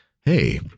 hey